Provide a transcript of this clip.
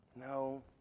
No